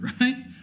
Right